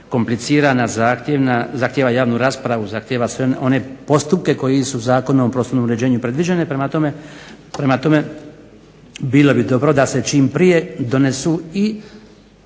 komplicirana, zahtjeva javnu raspravu, zahtjeva sve one postupke koji su Zakonom o prostornom uređenju predviđeni, prema tome bilo bi dobro da se čim prije donesu i